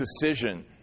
decision